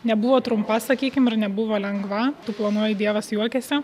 nebuvo trumpa sakykim ir nebuvo lengva tu planuoji dievas juokiasi